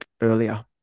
earlier